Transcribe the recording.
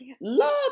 love